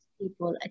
people